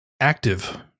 active